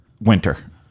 Winter